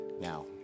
now